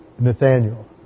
Nathaniel